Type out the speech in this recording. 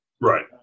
Right